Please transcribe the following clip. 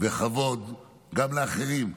וכבוד גם לאחרים.